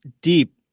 deep